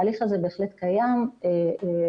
ההליך הזה בהחלט קיים ומתקיים.